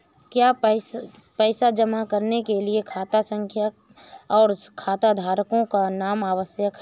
क्या पैसा जमा करने के लिए खाता संख्या और खाताधारकों का नाम आवश्यक है?